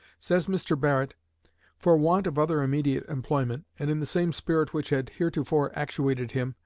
says mr. barrett for want of other immediate employment, and in the same spirit which had heretofore actuated him,